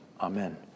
amen